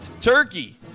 turkey